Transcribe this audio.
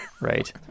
Right